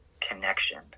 connection